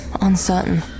uncertain